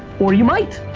or you might.